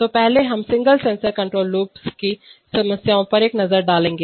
तो पहले हम सिंगल सेंसर कंट्रोल लूप्स की समस्याएं पर एक नजर डालेंगे